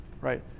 Right